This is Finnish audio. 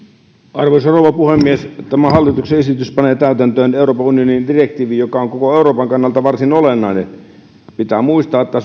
arvoisa rouva puhemies tämä hallituksen esitys panee täytäntöön euroopan unionin direktiivin joka on koko euroopan kannalta varsin olennainen pitää muistaa että